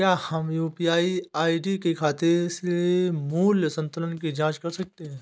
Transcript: क्या हम UPI ID से खाते के मूख्य संतुलन की जाँच कर सकते हैं?